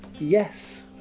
yes.